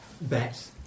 Bet